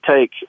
take